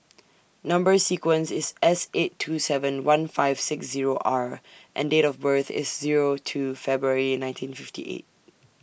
Number sequence IS S eight two seven one five six Zero R and Date of birth IS Zero two February nineteen fifty eight